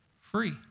free